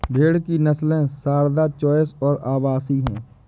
भेड़ की नस्लें सारदा, चोइस और अवासी हैं